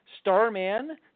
Starman